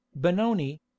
benoni